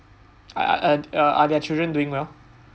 uh are are their children doing well